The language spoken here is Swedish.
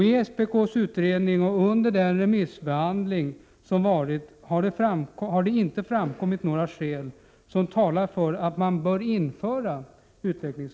I SPK:s utredning och under den remissbehandling som varit har det inte framkom mit några skäl som talar för att utvecklingslån bör införas. En mycket klar — Prot.